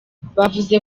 bavuga